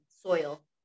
soil